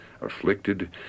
afflicted